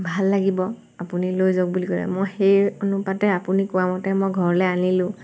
ভাল লাগিব আপুনি লৈ যাওক বুলি ক'লে মই সেই অনুপাতে আপুনি কোৱামতে মই ঘৰলৈ আনিলোঁ